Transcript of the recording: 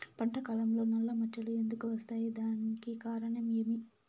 పంట కాలంలో నల్ల మచ్చలు ఎందుకు వస్తాయి? దానికి కారణం ఏమి?